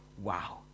wow